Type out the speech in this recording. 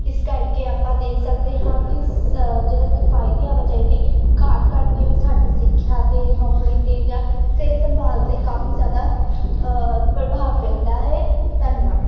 ਇਸ ਕਰਕੇ ਆਪਾਂ ਦੇਖ ਸਕਦੇ ਹਾਂ ਕਿਸ ਜਿਹੜਾ ਕਿਫਾਇਤੀ ਆਵਾਜਾਈ ਦੀ ਘਾਟ ਕਰਕੇ ਵੀ ਸਾਡੀ ਸਿੱਖਿਆ ਅਤੇ ਨੌਕਰੀ 'ਤੇ ਜਾਂ ਸਿਹਤ ਸੰਭਾਲ 'ਤੇ ਕਾਫੀ ਜ਼ਿਆਦਾ ਪ੍ਰਭਾਵ ਪੈਂਦਾ ਹੈ ਧੰਨਵਾਦ